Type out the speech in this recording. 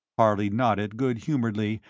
harley nodded good-humouredly,